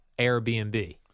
Airbnb